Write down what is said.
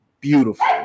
beautiful